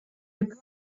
reply